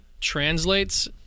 translates